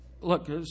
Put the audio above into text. Look